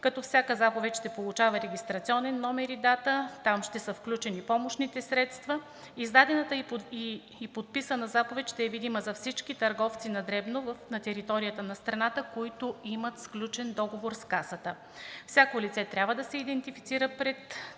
като всяка заповед ще получава регистрационен номер и дата. Там ще са включени помощните средства. Издадената и подписана заповед ще е видима за всички търговци на дребно на територията на страната, които имат сключен договор с Касата. Всяко лице трябва да се идентифицира пред търговеца